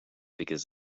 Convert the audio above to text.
because